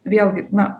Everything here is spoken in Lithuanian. vėlgi na